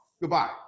Goodbye